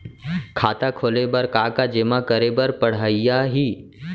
खाता खोले बर का का जेमा करे बर पढ़इया ही?